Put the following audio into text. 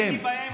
שנייה.